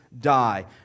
Die